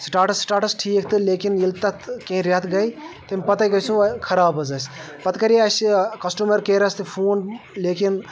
سِٹاٹَس status ٹھیٖک تہٕ لیکن ییٚلہِ تَتھ کینٛہہ رٮ۪تھ گٔیے تَمہِ پَتَے گٔیے سۄ خراب حظ اَسہِ پَتہٕ کَرے اَسہِ کَسٹمَر کیرس تہِ فون لیکن